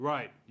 Right